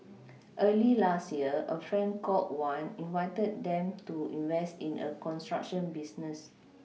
early last year a friend called Wan invited them to invest in a construction business